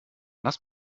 was